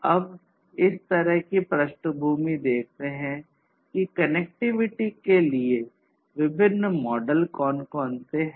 अब इस तरह की पृष्ठभूमि देखते हैं कि कनेक्टिविटी के लिए विभिन्न मॉडल कौन कौन से हैं